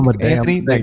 Anthony